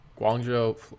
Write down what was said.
Guangzhou